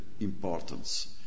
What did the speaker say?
importance